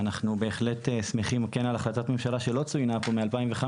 ואנחנו בהחלט שמחים על החלטת ממשלה שלא צוינה פה מ-2015,